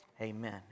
amen